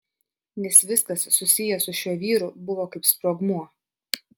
nes viskas susiję su šiuo vyru buvo kaip sprogmuo